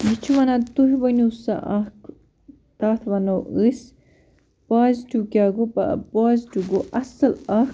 یہِ چھُ وَنان تُہۍ ؤنِو سا اَکھ تَتھ وَنَو أسۍ پازِٹیوٗ کیٛاہ گوٚو پازِٹیوٗ گوٚو اَصٕل اَکھ